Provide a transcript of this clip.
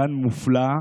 גן מופלא,